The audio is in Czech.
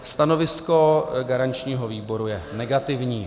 Stanovisko garančního výboru je negativní.